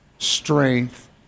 Strength